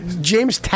James